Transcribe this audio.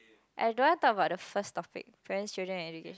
I don't want talk about the first topic friends children and education